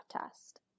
test